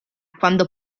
quando